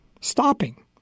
stopping